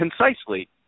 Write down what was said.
concisely